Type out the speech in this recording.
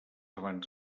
abans